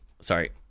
Sorry